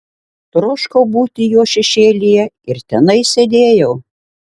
troškau būti jo šešėlyje ir tenai sėdėjau